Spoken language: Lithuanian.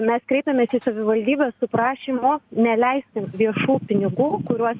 mes kreipėmės į savivaldybes su prašymu neleisti viešų pinigų kuriuos